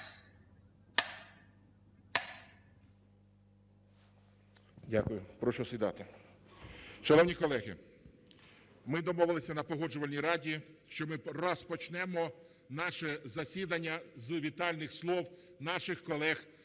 Дякую. Прошу сідати. Шановні колеги, ми домовилися на Погоджувальній раді, що ми розпочнемо наше засідання з вітальних слів наших колег